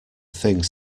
things